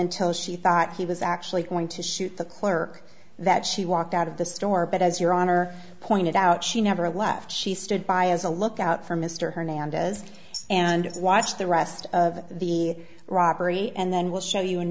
until she thought he was actually going to shoot the clerk that she walked out of the store but as your honor pointed out she never left she stood by as a lookout for mr hernandez and watched the rest of the robbery and then we'll show you an